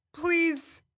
Please